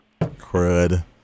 crud